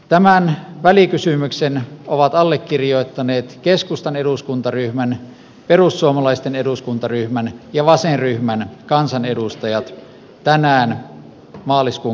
tämä välikysymykseen ovat allekirjoittaneet keskustan eduskuntaryhmään perussuomalaisten eduskuntaryhmän ja laserryhmän esittämistä varten